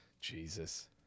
Jesus